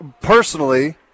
personally –